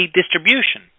distribution